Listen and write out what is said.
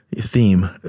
theme